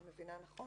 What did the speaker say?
אני מבינה נכון?